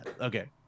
okay